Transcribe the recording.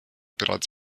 bereits